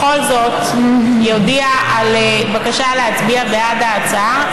בכל זאת יודיע על בקשה להצביע בעד ההצעה,